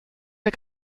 wir